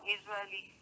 Israeli